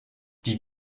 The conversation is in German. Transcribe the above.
die